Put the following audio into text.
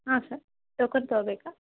ಹಾಂ sir token ತಗೋಬೇಕಾ